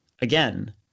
again